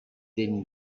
din